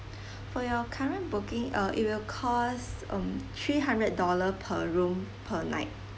for your current booking uh it will cause um three hundred dollar per room per night